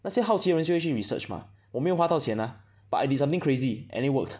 那些好奇的人就会去 research mah 我没有花到钱 ah but I did something crazy and it worked